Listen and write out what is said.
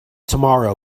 tomorrow